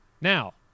now